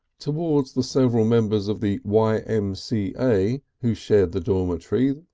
towards the several members of the y. m. c. a. who shared the dormitory,